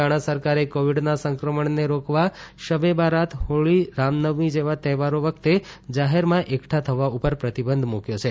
તેલંગણા નિયંત્રણો તેલંગણા સરકારે કોવિડના સંક્રમણને રોકવા શબે બારાત હોળી રામનવમી જેવા તહેવારો વખતે જાહેરમાં એકઠા થવા ઉપર પ્રતિબંધ મૂક્યો છે